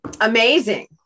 amazing